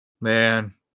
Man